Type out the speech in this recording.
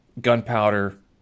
gunpowder